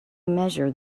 measure